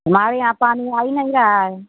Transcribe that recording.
हमारे यहाँ पानी आई नहीं रहा है